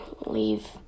leave